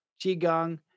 qigong